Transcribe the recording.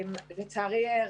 לצערי,